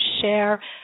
share